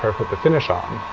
put the finish ah